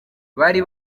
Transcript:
bari